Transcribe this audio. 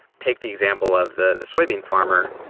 take the example of the the soybean farmer.